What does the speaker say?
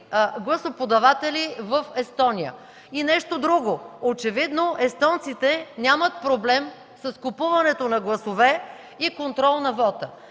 гласоподаватели в Естония. И нещо друго, очевидно естонците нямат проблем с купуването на гласове и контрол на вота.